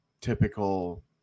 typical